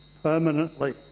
Permanently